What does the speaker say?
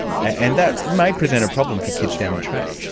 and that may present a problem for kids down the track.